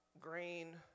green